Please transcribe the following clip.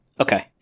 Okay